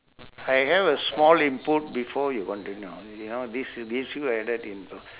I have a small input before you wondering now you know this this few add info